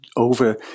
over